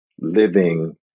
living